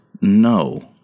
no